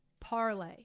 parlay